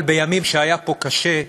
אבל בימים שהיה פה קשה,